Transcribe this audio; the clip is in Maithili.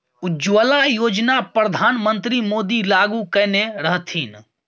उज्जवला योजना परधान मन्त्री मोदी लागू कएने रहथिन